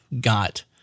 got